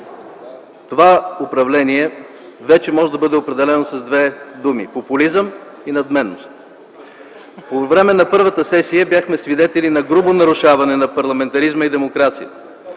Това управление вече може да бъде определено с две думи – популизъм и надменност. По време на първата сесия бяхме свидетели на грубо нарушаване на парламентаризма и демокрацията,